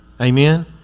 Amen